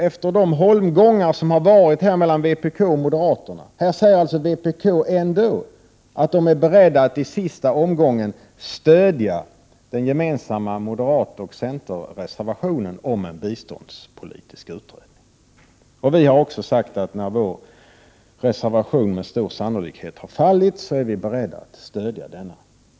Efter de holmgångar som har varit mellan vpk och moderaterna säger nu vpk att de är beredda att i sista omgången ändå stödja den gemensamma moderat-center-reservationen om en biståndspolitisk utredning. Vi har sagt att också vi när vår reservation med stor sannolikhet har fallit är beredda att stödja den borgerliga reservationen.